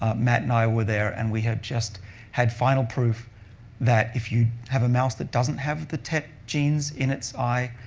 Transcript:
ah matt and i were there, and we just had final proof that if you have a mouse that doesn't have the tet genes in its eye,